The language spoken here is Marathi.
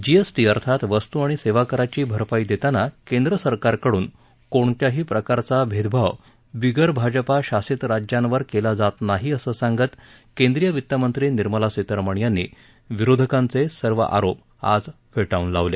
जीएसटी अर्थात वस्तू आणि सेवा कराची भरपाई देताना केंद्र सरकारकडून कोणत्याही प्रकारचा भेदभाव बिगर भाजपा शासित राज्यांवर अन्याय केला जात नाही असं सांगत केंद्रीय वित्तमंत्री निर्मला सीतारामन यांनी विरोधकांचे सर्व आरोप आज फेटाळून लावले